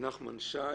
נחמן שי.